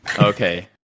Okay